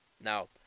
Now